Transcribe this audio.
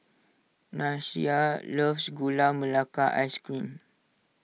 Nyasia loves Gula Melaka Ice Cream